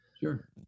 Sure